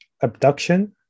abduction